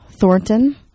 Thornton